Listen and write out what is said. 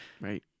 Right